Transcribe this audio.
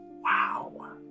wow